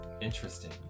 Interesting